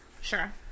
Sure